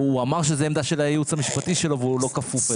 הוא אמר שזאת עמדה של הייעוץ המשפטי שלו והוא לא כפוף אליו.